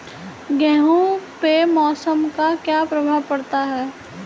गेहूँ पे मौसम का क्या प्रभाव पड़ता है?